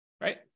right